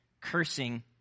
cursing